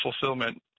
fulfillment